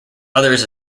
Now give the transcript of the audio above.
others